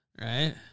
right